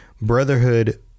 Brotherhood